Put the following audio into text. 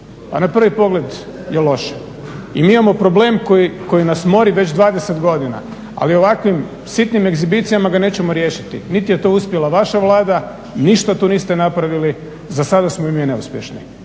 Pa na prvi pogled je loše. Mi imamo problem koji nas mori već 20 godina, ali ovakvim sitnim egzibicijama ga nećemo riješiti. Niti je to uspjela vaša Vlada, ništa tu niste napravili, zasada smo i mi neuspješni.